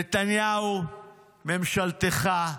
נתניהו, ממשלתך,